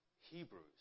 Hebrews